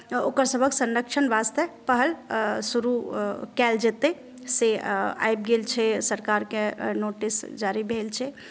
ओकरसभके संरक्षण वास्ते पहल शुरू कयल जेतय से आबि गेल छै सरकारके नोटिस जारी भेल छै